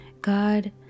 God